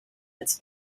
its